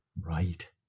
Right